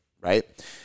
right